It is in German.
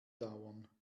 dauern